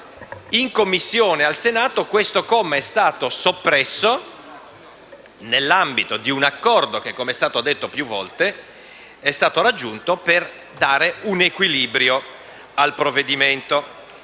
in Commissione al Senato questo è stato soppresso nell'ambito di un accordo che, come è stato detto più volte, è stato raggiunto per dare un equilibrio al provvedimento.